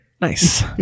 Nice